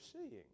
seeing